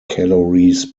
calories